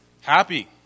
happy